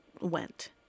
went